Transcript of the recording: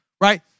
right